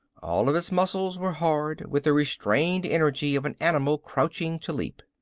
all of his muscles were hard with the restrained energy of an animal crouching to leap.